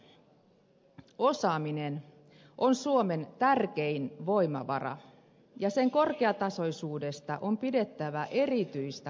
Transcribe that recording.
hyvät kollegat osaaminen on suomen tärkein voimavara ja sen korkeatasoisuudesta on pidettävä erityistä huolta